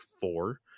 Four